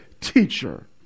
teacher